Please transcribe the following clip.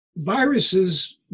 Viruses